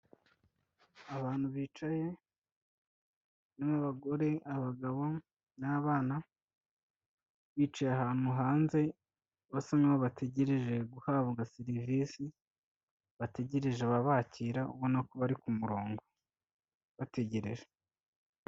Abantu bicaye harimo abagore, abagabo, n'abana bicaye ahantu hanze basa nkaho bategereje guhabwa serivisi bategereje ababakira, ubona ko bari ku murongo bategereje.